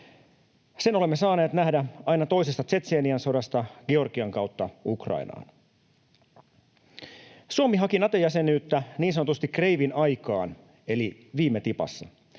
Sen olemme saaneet nähdä aina toisesta Tšetšenian sodasta Georgian kautta Ukrainaan. Suomi haki Nato-jäsenyyttä niin sanotusti kreivin aikaan eli viime tipassa.